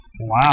Wow